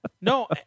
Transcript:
No